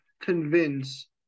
convince